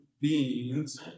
beings